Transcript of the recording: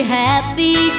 happy